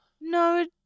No